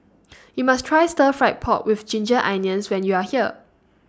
YOU must Try Stir Fried Pork with Ginger Onions when YOU Are here